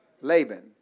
laban